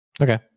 Okay